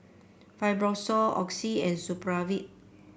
Fibrosol Oxy and Supravit